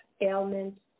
ailments